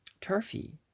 turfy